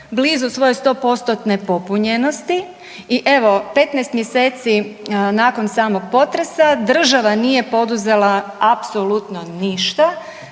blizu svoje 100%-tne popunjenosti i evo 15 mjeseci nakon samog potresa država nije poduzela apsolutno ništa